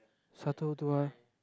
Satu Dua